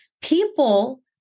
People